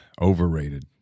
overrated